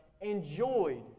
enjoyed